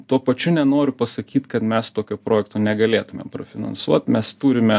tuo pačiu nenoriu pasakyt kad mes tokio projekto negalėtumėm prafinansuot mes turime